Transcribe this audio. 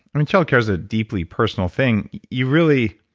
i mean childcare's a deeply personal thing. you really.